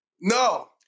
No